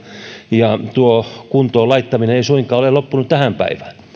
ja tuo kuntoon laittaminen ei suinkaan ole loppunut tähän päivään